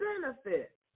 benefits